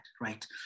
right